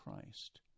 Christ